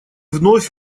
вновь